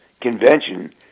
convention